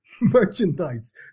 Merchandise